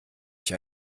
ich